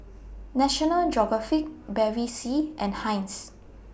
National Geographic Bevy C and Heinz